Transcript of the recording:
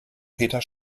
peter